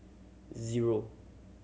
zero